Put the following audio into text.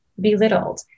belittled